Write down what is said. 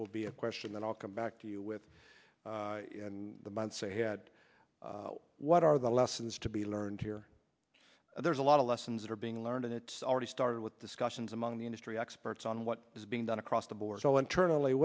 will be a question that i'll come back to you with the months ahead what are the lessons to be learned here there's a lot of lessons that are being learned and it's already started with discussions among the industry experts on what is being done across the board all internally